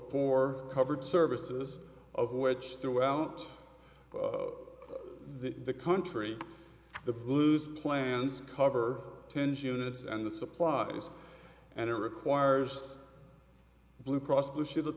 four covered services of which throughout the country the blues plans cover tens units and the supplies and it requires blue cross blue shield of